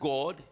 God